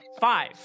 five